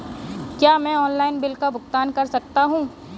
क्या मैं online bill का भुगतान कर सकता हूँ?